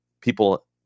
people